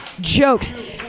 jokes